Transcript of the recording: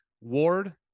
Ward